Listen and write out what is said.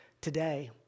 today